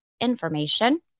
information